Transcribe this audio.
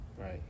Right